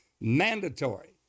mandatory